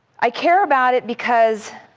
i care about it because